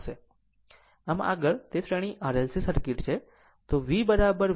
આમ આગળ તે શ્રેણી R L C સર્કિટ છે